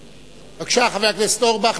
בבקשה, חבר הכנסת אורבך.